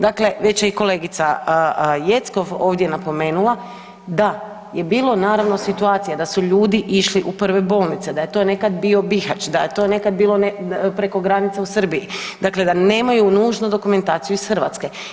Dakle, već je i kolegica Jeckov ovdje napomenula da je bilo naravno situacija da su ljudi išli u prve bolnice, da je to nekad bio Bihać, da je to nekad bilo preko granice u Srbiji, dakle da nemaju nužno dokumentaciju iz Hrvatske.